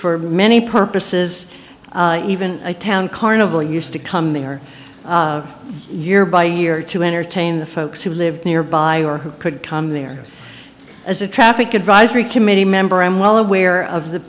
for many purposes even a town carnival used to come in or year by year to entertain the folks who lived nearby or who could come there as a traffic advisory committee member i am well aware of the